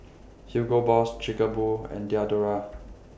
Hugo Boss Chic A Boo and Diadora